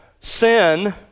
Sin